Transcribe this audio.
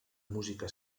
música